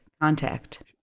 contact